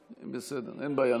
בסדר, אין בעיה.